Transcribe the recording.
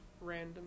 random